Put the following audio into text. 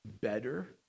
better